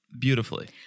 beautifully